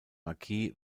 marquis